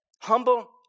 humble